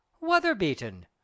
weather-beaten